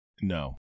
no